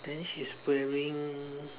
then she's wearing